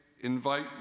invite